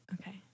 Okay